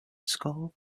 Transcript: skull